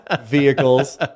Vehicles